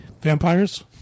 Vampires